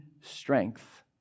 strength